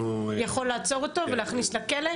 --- יכול לעצור אותו ולהכניס לכלא?